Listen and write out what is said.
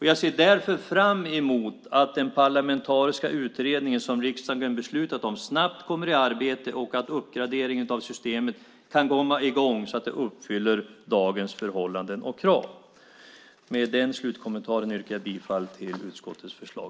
Jag ser därför fram emot att den parlamentariska utredning som riksdagen beslutat om snabbt kommer i arbete och att uppgradering av systemet kan komma i gång så att det uppfyller dagens förhållanden och krav. Med den slutkommentaren yrkar jag bifall till utskottets förslag.